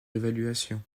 évaluation